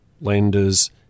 lenders